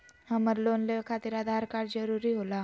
हमरा लोन लेवे खातिर आधार कार्ड जरूरी होला?